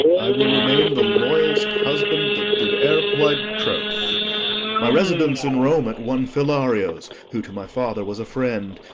i will remain the loyal'st husband that did e'er plight troth my residence in rome at one philario's, who to my father was a friend,